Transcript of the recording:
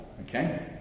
Okay